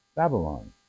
Babylon